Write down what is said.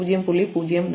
04